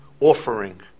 offering